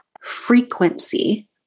frequency